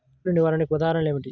తెగులు నిర్వహణకు ఉదాహరణలు ఏమిటి?